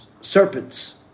serpents